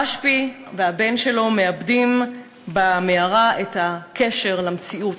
רשב"י ובנו מאבדים במערה את הקשר למציאות,